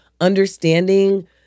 understanding